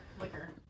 liquor